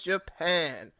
Japan